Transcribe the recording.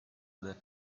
the